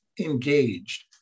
engaged